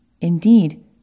Indeed